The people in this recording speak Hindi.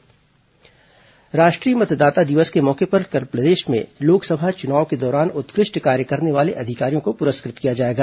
राष्ट्रीय मतदाता दिवस राष्ट्रीय मतदाता दिवस के मौके पर कल प्रदेश में लोकसभा चुनाव के दौरान उत्कृष्ट कार्य करने वाले अधिकारियों को प्रस्कृत किया जाएगा